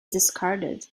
discarded